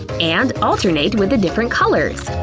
and alternate with the different colors.